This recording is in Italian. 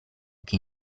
che